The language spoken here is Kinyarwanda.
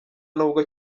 n’ubwo